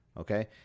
Okay